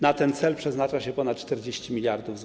Na ten cel przeznacza się ponad 40 mld zł.